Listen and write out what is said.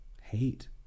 hate